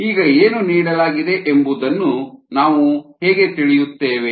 ಈಗ ಏನು ನೀಡಲಾಗಿದೆ ಎಂಬುದನ್ನು ನಾವು ಹೇಗೆ ತಿಳಿಯುತ್ತೇವೆ